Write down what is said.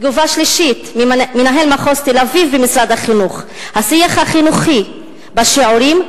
תגובה שלישית ממנהל מחוז תל-אביב ומשרד החינוך: השיח החינוכי בשיעורים,